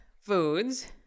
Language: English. foods